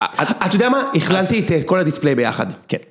אתה יודע מה? החלנתי את כל הדיספליי ביחד. - כן